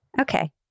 Okay